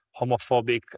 homophobic